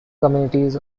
communities